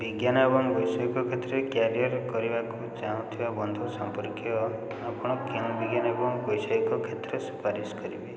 ବିଜ୍ଞାନ ଏବଂ ବୈଷୟିକ କ୍ଷେତ୍ରରେ କ୍ୟାରିଅର୍ କରିବାକୁ ଚାହୁଁଥିବା ବନ୍ଧୁ ସମ୍ପର୍କୀୟ ବୈଷୟିକ ଏବଂ କ୍ଷେତ୍ରରେ ସୁପାରିଶ୍ କରିବେ